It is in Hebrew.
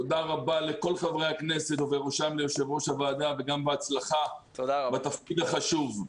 תודה רבה לכל חברי הכנסת ובראשם ליו"ר הוועדה וגם בהצלחה בתפקיד החשוב.